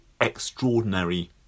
extraordinary